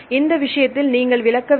இந்த விஷயத்தில் நீங்கள் விளக்க வேண்டும்